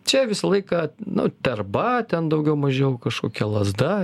čia visą laiką nu terba ten daugiau mažiau kažkokia lazda